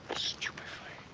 stupefying.